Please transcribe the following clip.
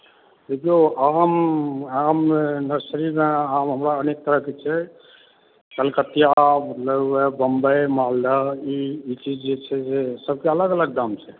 देखिऔ आम आम नर्सरीमे आम हमरा अनेक तरहके छै कलकतिया बम्बई मालदह ई चीज जे छै से सभके अलग अलग दाम छै